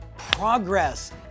Progress